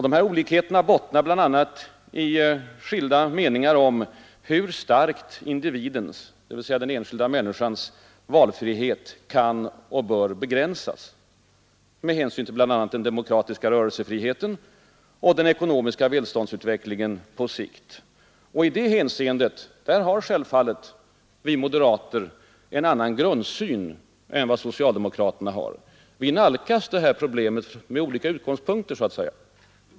Dessa olikheter bottnar bl.a. i skilda meningar om hur starkt individens — dvs. den enskilda människans — valfrihet kan och bör begränsas med hänsyn till bl.a. den demokratiska rörelsefriheten och den ekonomiska välståndsutvecklingen på sikt. I det hänseendet har självfallet vi moderater en annan grundsyn än vad socialdemokraterna har. Vi nalkas problemet med olika utgångspunkter.